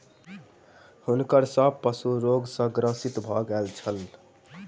हुनकर सभ पशु रोग सॅ ग्रसित भ गेल छल